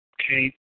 Okay